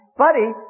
buddy